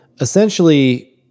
essentially